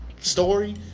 story